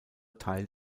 teil